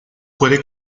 puede